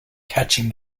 catching